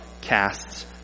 casts